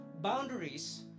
boundaries